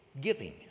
Giving